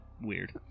weird